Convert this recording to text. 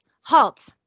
halt